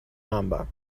number